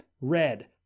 Red